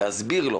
להסביר לו.